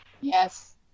Yes